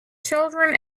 children